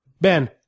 Ben